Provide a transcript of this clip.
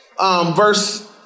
Verse